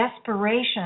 desperation